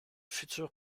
futur